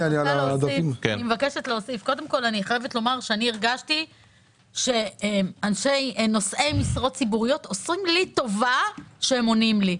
אני הרגשתי שנושאי משרות ציבוריות עושים לי טובה שהם עונים לי.